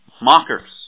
Mockers